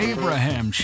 Abraham